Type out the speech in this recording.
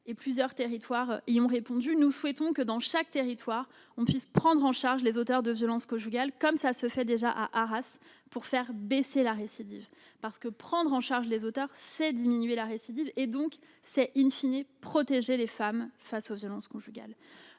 et plusieurs territoires y ont répondu. Nous souhaitons que, dans chaque territoire, on puisse prendre en charge les auteurs de violences conjugales, comme cela se pratique déjà à Arras. Prendre en charge les auteurs, c'est diminuer la récidive et, donc, c'est protéger les femmes face aux violences conjugales.